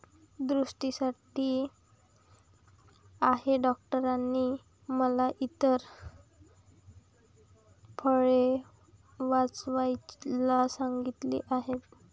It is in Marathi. दृष्टीसाठी आहे डॉक्टरांनी मला इतर फळे वाचवायला सांगितले आहे